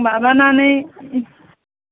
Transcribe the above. माबानानै